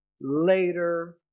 later